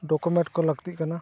document ᱠᱚ ᱞᱟᱹᱠᱛᱤᱜ ᱠᱟᱱᱟ